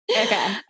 Okay